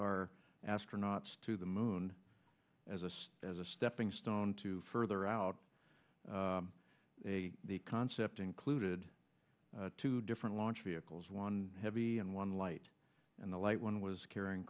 our astronauts to the moon as a as a stepping stone to further out the concept included two different launch vehicles one heavy and one light and the light one was carrying